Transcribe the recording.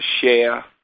share